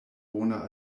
bona